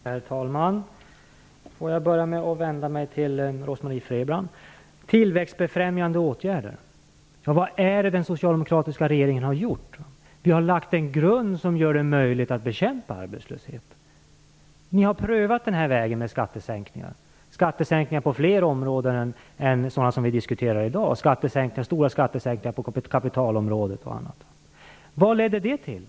Herr talman! Får jag börja med att vända mig till Rose-Marie Frebran när det gäller tillväxtfrämjande åtgärder. Vad är det den socialdemokratiska regeringen har gjort? Jo, vi har lagt en grund som gör det möjligt att bekämpa arbetslösheten. Ni har prövat vägen med skattesänkningar, på flera områden än sådana som vi diskuterar i dag, bl.a. stora skattesänkningar på kapitalområdet och annat. Vad ledde det till?